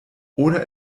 oder